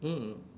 mm